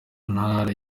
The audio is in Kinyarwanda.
ntara